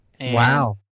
Wow